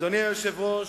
אדוני היושב-ראש,